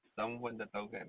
someone dah tahu kan